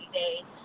days